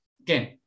again